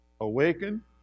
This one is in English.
Awaken